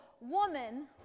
woman